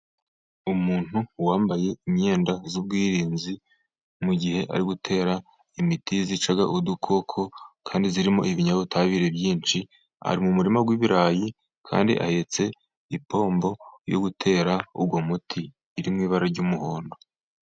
Umuntu wambaye imyenda y'ubwirinzi mu mugihe ari gutera imiti yica udukoko kandi irimo ibinyabutabire byinshi, ari mu murima w'ibirayi kandi ahetse ipombo yo gutera uwo muti iri mu ibara ry'umuhondo.